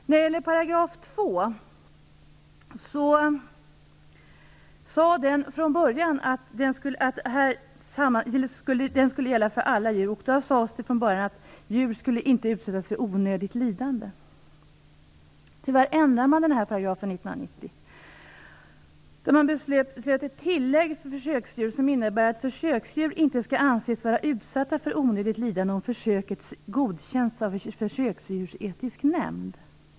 När det gäller 2 § sades det från början i den att den skulle gälla för alla djur och att djur inte skulle utsättas för onödigt lidande. Tyvärr ändrade man denna paragraf 1990. Då beslöt man att göra ett tillägg för försöksdjur, vilket innebär att försöksdjur inte skall anses vara utsatta för onödigt lidande om försöket godkänts av en försöksdjursetisk nämnd.